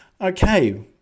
Okay